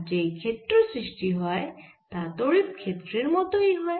আর যেই ক্ষেত্র সৃষ্টি হয় তা তড়িৎ ক্ষেত্রের মত হয়